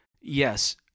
yes